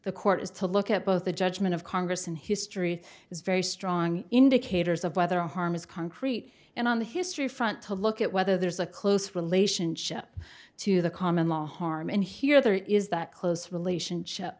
the court is to look at both the judgment of congress and history is very strong indicators of whether harm is concrete and on the history front to look at whether there's a close relationship to the common law harm and here there is that close relationship